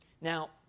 Now